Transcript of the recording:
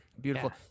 beautiful